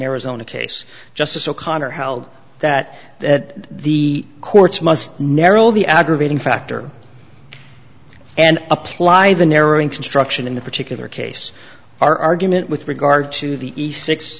arizona case justice o'connor held that that the courts must narrow the aggravating factor and apply the narrowing construction in the particular case our argument with regard to the east six